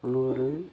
நூறு